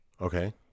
Okay